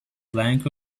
plank